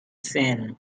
sand